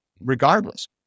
regardless